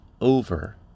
over